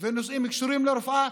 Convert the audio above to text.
ונושאים הקשורים לרפואה,